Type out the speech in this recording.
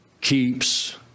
keeps